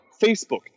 facebook